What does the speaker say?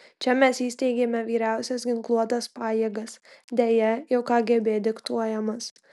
čia mes įsteigėme vyriausias ginkluotas pajėgas deja jau kgb diktuojamas